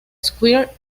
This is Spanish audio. square